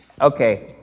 Okay